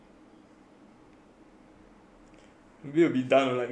will be done on like Minecraft or